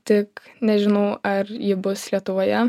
tik nežinau ar ji bus lietuvoje